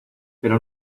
pero